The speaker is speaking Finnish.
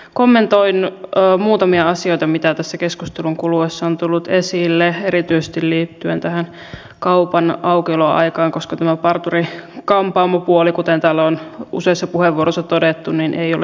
kommentoin muutamia asioita mitä tässä keskustelun kuluessa on tullut esille erityisesti liittyen näihin kaupan aukioloaikoihin koska tämä parturi kampaamopuoli kuten täällä on useissa puheenvuoroissa todettu ei ole se ongelma